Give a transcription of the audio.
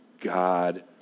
God